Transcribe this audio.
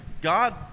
God